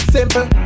Simple